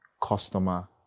customer